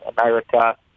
America